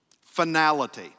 Finality